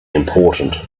important